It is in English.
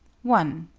one.